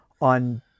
on